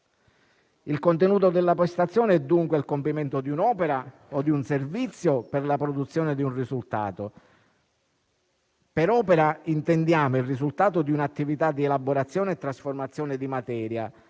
Il contenuto della prestazione è dunque il compimento di un'opera o un servizio per la produzione di un risultato. Per opera intendiamo il risultato di un'attività di elaborazione e trasformazione di materia